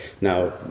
now